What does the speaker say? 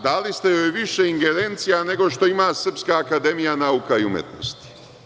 Dali ste joj više ingerencija nego što ima Srpska akademija nauka i umetnosti.